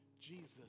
Jesus